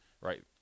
Right